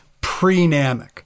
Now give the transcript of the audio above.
pre-NAMIC